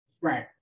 Right